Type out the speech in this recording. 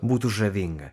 būtų žavinga